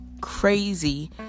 crazy